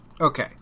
Okay